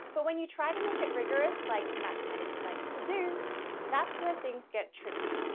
but when you try to make it rigorous like mathematics likes to do that's where things get tricky.